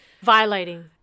violating